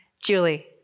Julie